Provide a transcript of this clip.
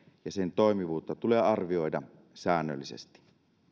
ja sen toimivuutta tulee arvioida säännöllisesti